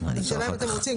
השאלה אם אתם רוצים,